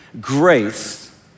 grace